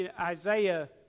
Isaiah